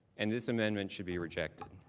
and this amendment should be rejected.